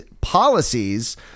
policies